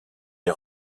des